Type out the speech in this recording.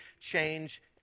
change